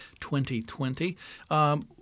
2020